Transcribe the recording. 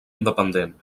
independent